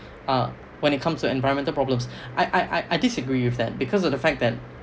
uh when it comes to environmental problems I I I disagree with that because of the fact that